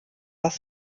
das